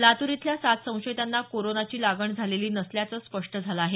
लातूर इथल्या सात संशयितांना कोरोनाची लागण झालेली नसल्याचं स्पष्ट झालं आहे